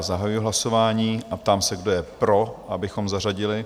Zahajuji hlasování a ptám se, kdo je pro, abychom zařadili?